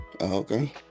Okay